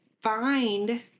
find